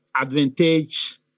advantage